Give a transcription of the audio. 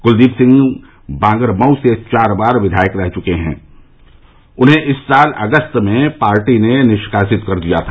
कुलदीप सिंह बांगरमऊ से चार बार विधायक रह चुके हैं उन्हें इस साल अगस्त में पार्टी ने निष्कासित कर दिया था